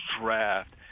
draft